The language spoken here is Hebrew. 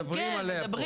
כן, מדברים עליה פה.